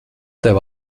tev